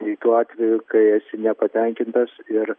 tai tuo atveju kai esi nepatenkintas ir